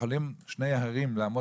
במשך אלפי שנים יכולים שני הרים לעמוד